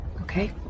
Okay